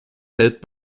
held